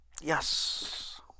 Yes